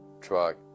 truck